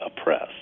oppressed